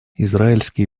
израильский